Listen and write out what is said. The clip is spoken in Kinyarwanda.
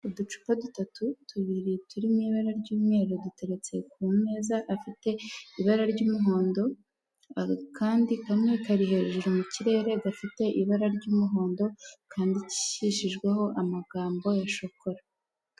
Uducupa dutatu, tubiri turi mu ibara ry'umweru duteretse ku meza afite ibara ry'umuhondo, akandi kamwe kari hejuru mu kirere, gafite ibara ry'umuhondo, kandikishijweho amagambo ya shokora.